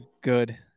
good